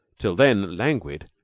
till then languid,